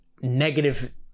negative